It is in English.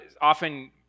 often